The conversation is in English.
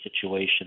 situation